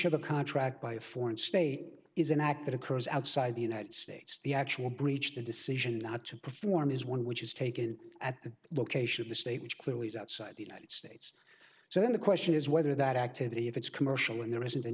a contract by a foreign state is an act that occurs outside the united states the actual breach the decision not to perform is one which is taken at the location of the state which clearly is outside the united states so then the question is whether that activity if it's commercial and there isn't an